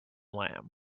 lamb